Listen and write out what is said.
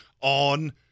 on